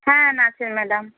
হ্যাঁ নাচের ম্যাডাম